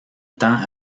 tend